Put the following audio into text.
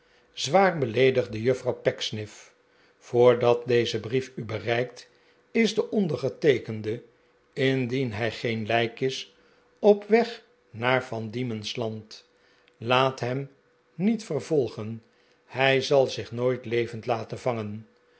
zwaar beleedigde juffrouw pecksniff voordat deze brief u bereikt is de ondergeteekende indien hij geen lijk is op weg naar van diemens land laat hem niet vervolgen hij zal zich nooit levend laten vangen